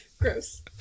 Gross